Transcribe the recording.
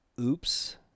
oops